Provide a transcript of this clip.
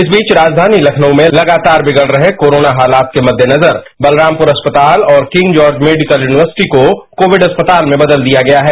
इस बीच राजधानीलखनऊ में लगातार बिगड़ रहे कोरोना हालात के महेनजर बलरामपुर अस्पताल और किंग जॉर्जमेडिकल यूनिवर्सिटी को कोविड अस्पताल में बदल दिया गया है